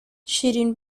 شیرین